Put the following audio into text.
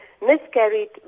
miscarried